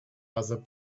other